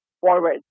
forward